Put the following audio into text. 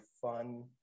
fun